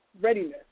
readiness